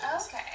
Okay